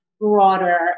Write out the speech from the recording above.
broader